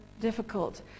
difficult